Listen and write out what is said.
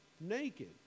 naked